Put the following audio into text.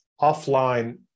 offline